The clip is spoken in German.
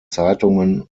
zeitungen